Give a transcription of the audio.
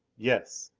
yes.